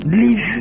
live